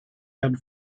herrn